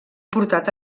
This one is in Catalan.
portat